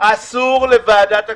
אסור לוועדת הכספים,